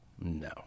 no